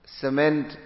cement